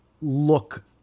look